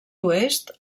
oest